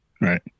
Right